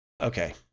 Okay